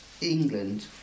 England